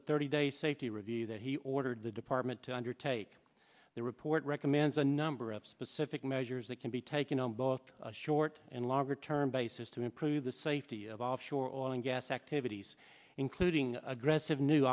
a thirty day safety review that he ordered the department to undertake the report recommends a number of specific measures that can be taken on both short and longer term basis to improve the safety of offshore oil and activities including aggressive new